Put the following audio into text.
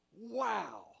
wow